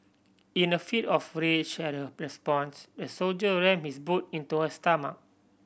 in a fit of rage at her response the soldier ram his boot into her stomach